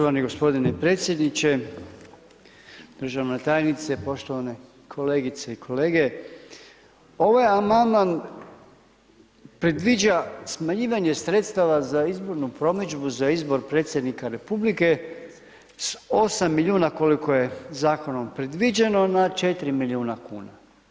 Štovani g. predsjedniče, državna tajnice, poštovane kolegice i kolege, ovaj amandman predviđa smanjivanje sredstava za izbornu promidžbu za izbor predsjednika RH s 8 milijuna koliko je zakonom predviđeno na 4 milijuna kuna.